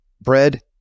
Bread